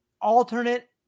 Alternate